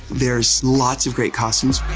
there's lots of great costumes.